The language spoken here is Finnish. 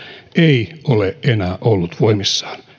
ei ole enää ollut voimissaan